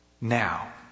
now